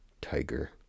Tiger